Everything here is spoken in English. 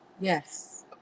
Yes